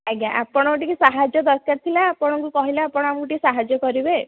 ଆଜ୍ଞା ଆପଣଙ୍କର ଟିକିଏ ସାହାଯ୍ୟ ଦରକାର ଥିଲା ଆପଣଙ୍କୁ କହିଲେ ଆପଣ ଆମକୁ ଟିକିଏ ସାହାଯ୍ୟ କରିବେ